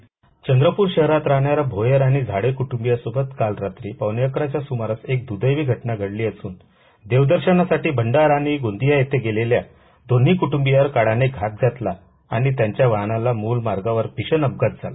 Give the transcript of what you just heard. बार्डट चंद्रपूर शहरात राहणाऱ्या भोयर आणि झाडे कुट्रंबियांसोबत काल रात्री पावणेअकराच्या सुमारास एक दुर्दैवी घटना घडली असून देवदर्शनासाठी भंडारा आणि गोंदिया इथं गेलेल्या दोव्ही क्ट्रंबियांवर काळने घात घातला आणि त्यांच्या वाहनाला मोर मार्गावर भीषण अपघात झाला